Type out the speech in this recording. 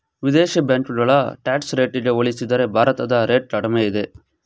ವಿದೇಶಿ ಬ್ಯಾಂಕುಗಳ ಟ್ಯಾಕ್ಸ್ ರೇಟಿಗೆ ಹೋಲಿಸಿದರೆ ಭಾರತದ ರೇಟ್ ಕಡಿಮೆ ಇದೆ